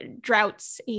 droughts